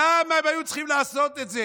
למה הם היו צריכים לעשות את זה?